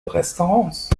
restaurants